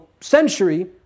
century